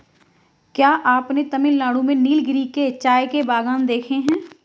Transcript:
क्या आपने तमिलनाडु में नीलगिरी के चाय के बागान देखे हैं?